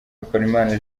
bikorimana